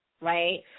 right